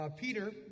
Peter